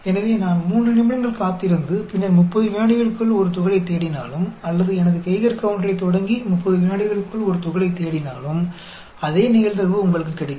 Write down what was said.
எனவே நான் 3 நிமிடங்கள் காத்திருந்து பின்னர் 30 விநாடிகளுக்குள் ஒரு துகளைத் தேடினாலும் அல்லது எனது கெய்கர் கவுன்டரைத் தொடங்கி 30 விநாடிகளுக்குள் ஒரு துகளைத் தேடினாலும் அதே நிகழ்தகவு உங்களுக்குக் கிடைக்கும்